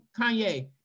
Kanye